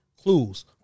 Clues